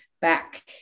back